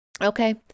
Okay